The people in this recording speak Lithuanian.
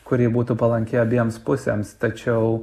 kuri būtų palanki abiems pusėms tačiau